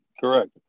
Correct